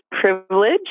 privilege